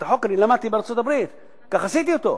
את החוק למדתי בארצות-הברית, כך עשיתי אותו.